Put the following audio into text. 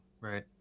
right